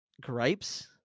gripes